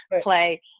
play